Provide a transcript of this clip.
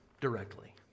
directly